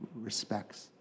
respects